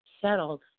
settled